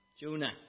Jonah